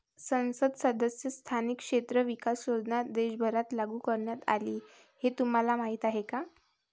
संसद सदस्य स्थानिक क्षेत्र विकास योजना देशभरात लागू करण्यात आली हे तुम्हाला माहीत आहे का?